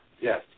Yes